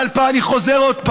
אני חוזר עוד הפעם,